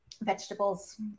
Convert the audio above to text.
vegetables